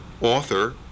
author